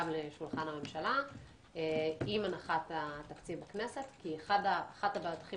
לשולחן הממשלה עם הנחת התקציב בכנסת כי אחת הבעיות הכי